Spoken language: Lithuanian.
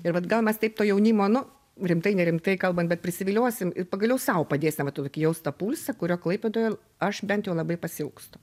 ir vat gal mes taip to jaunimo nu rimtai nerimtai kalbam bet prisiviliosim ir pagaliau sau padėsim va tą tokį jaust tą pulsą kurio klaipėdoje aš bent jau labai pasiilgstu